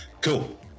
Cool